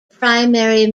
primary